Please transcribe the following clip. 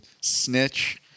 snitch